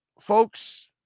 folks